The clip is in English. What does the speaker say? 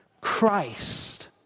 Christ